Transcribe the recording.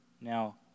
Now